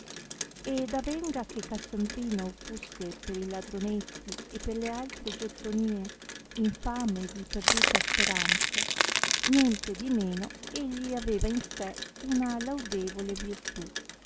ed avenga che cassandrino fusse per i ladronezzi e per le altre giottonie infame e di perduta speranza niente di meno egli aveva in sé una laudevole virtù